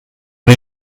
una